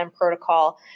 protocol